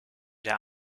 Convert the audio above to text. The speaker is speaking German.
der